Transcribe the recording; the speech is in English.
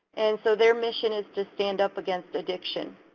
and so their mission is to stand up against addiction.